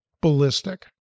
ballistic